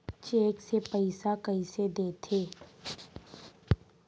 Cheque से पइसा कइसे देथे?